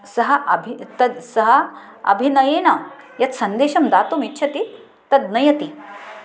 सः अभि तद् सः अभिनयेन यत् सन्देशं दातुम् इच्छति तद् नयति